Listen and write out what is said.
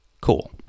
Cool